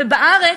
ובארץ,